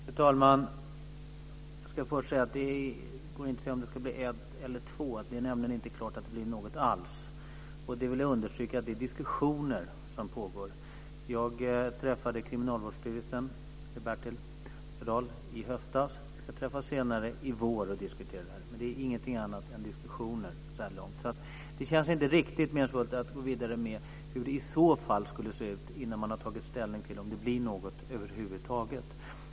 Fru talman! Jag ska först säga att det inte går att säga att det blir en eller två anstalter. Det är nämligen inte klart att det blir någon alls. Jag vill understryka att det är diskussioner som pågår. Jag träffade Kriminalvårdsstyrelsen, Bertel Österdahl, i höstas. Vi ska träffas senare i vår och diskutera det här. Men det är ingenting annat än diskussioner så här långt. Det känns inte riktigt meningsfullt att gå vidare med frågan om hur det i så fall skulle se ut innan man har tagit ställning till om det blir något över huvud taget.